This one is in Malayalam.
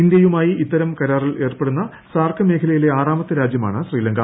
ഇന്ത്യയുമായി ഇത്തരം കരാറിൽ ഏർപ്പെടുന്ന സാർക്ക് മേഖലയിലെ ആറാമത്തെ രാജ്യമാണ് ശ്രീലങ്ക